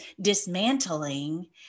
dismantling